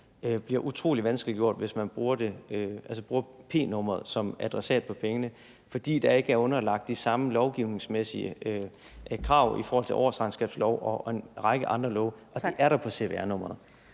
bliver utrolig vanskeliggjort, hvis man bruger p-nummeret som adressat på pengene, fordi det ikke er underlagt de samme lovgivningsmæssige krav i forhold til årsregnskabslov og en række andre love; altså, det er cvr-numrene.